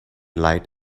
light